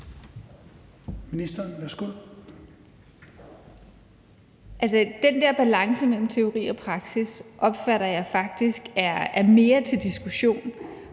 den der balance mellem teori og praksis opfatter jeg faktisk er mere til diskussion